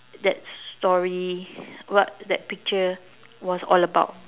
that story what that picture was all about